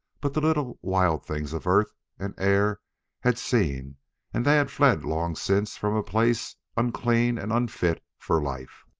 but the little, wild things of earth and air had seen, and they had fled long since from a place unclean and unfit for life.